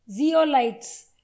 Zeolites